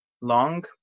long